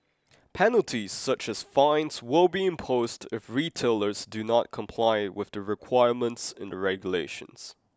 penalties such as fines will be imposed if retailers do not comply with the requirements in the regulations